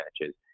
matches